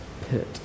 pit